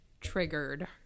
triggered